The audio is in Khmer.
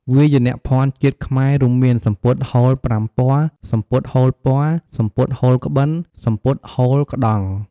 វាយភណ្ឌជាតិខ្មែររួមមាន សំពត់ហូលប្រាំពណ៌ សំពត់ហូលពណ៌ សំពត់ហូលក្បិន សំពត់ហូលក្តង់។